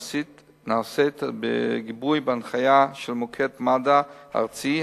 נעשית בגיבוי ובהנחיה של מוקד מד"א ארצי,